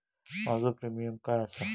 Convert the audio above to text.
माझो प्रीमियम काय आसा?